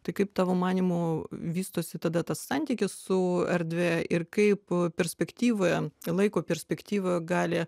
tai kaip tavo manymu vystosi tada tas santykis su erdve ir kaip perspektyvoje laiko perspektyva gali